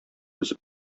үсеп